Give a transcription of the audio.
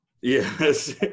yes